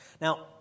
Now